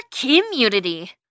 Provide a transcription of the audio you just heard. community